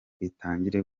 itangire